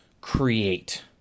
create